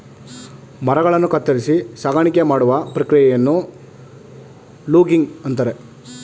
ಮರಗಳನ್ನು ಕತ್ತರಿಸಿ ಸಾಗಾಣಿಕೆ ಮಾಡುವ ಪ್ರಕ್ರಿಯೆಯನ್ನು ಲೂಗಿಂಗ್ ಅಂತರೆ